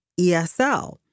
ESL